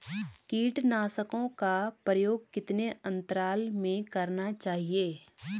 कीटनाशकों का प्रयोग कितने अंतराल में करना चाहिए?